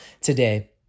today